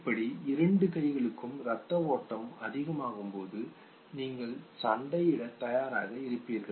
இப்படி இரண்டு கைகளுக்கும் ரத்த ஓட்டம் அதிகமாகும் பொழுது நீங்கள் சண்டைக்கு தயாராக இருப்பீர்கள்